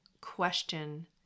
question